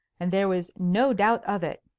and there was no doubt of it.